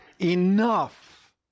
enough